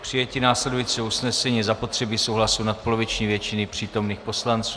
K přijetí následujícího usnesení je zapotřebí souhlasu nadpoloviční většiny přítomných poslanců.